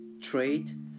trade